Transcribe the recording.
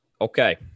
Okay